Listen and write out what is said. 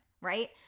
right